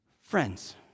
Friends